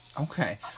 Okay